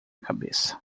cabeça